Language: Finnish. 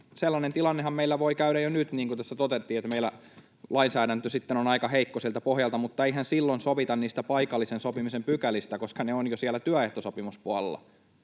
sellainen tilannehan meillä voi käydä jo nyt, niin kuin tässä todettiin, että meillä lainsäädäntö sitten on aika heikko siltä pohjalta. Mutta eihän silloin sovita niistä paikallisen sopimisen pykälistä, koska ne ovat jo siellä työehtosopimuspuolella.